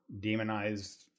demonize